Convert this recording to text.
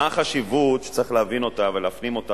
מה החשיבות שצריך להבין אותה בחוק